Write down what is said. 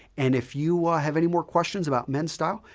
and if you have anymore questions about men's style,